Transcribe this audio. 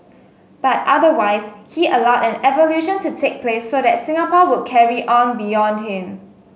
but otherwise he allowed an evolution to take place so that Singapore would carry on beyond him